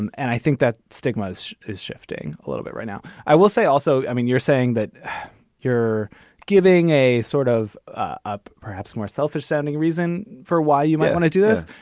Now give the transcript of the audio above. and and i think that stigma's is shifting a little bit right now. i will say also, i mean, you're saying that you're giving a sort of up perhaps more selfish sounding reason for why you might want to do this.